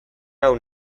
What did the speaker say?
nau